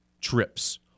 trips